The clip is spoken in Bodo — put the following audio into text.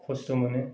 खस्थ' मोनो